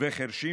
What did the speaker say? חירשים,